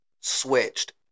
switched